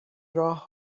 راه